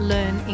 Learn